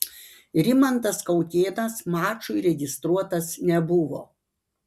rimantas kaukėnas mačui registruotas nebuvo